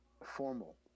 formal